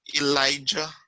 Elijah